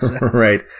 Right